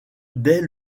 dès